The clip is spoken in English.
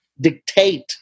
dictate